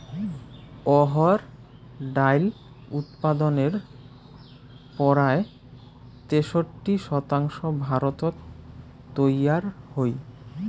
অহর ডাইল উৎপাদনের পরায় তেষট্টি শতাংশ ভারতত তৈয়ার হই